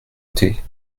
thé